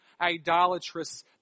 idolatrous